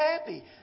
happy